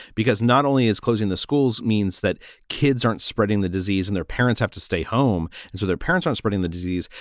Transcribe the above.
because not only is closing the schools means that kids aren't spreading the disease in, their parents have to stay home. and so their parents aren't spreading the disease.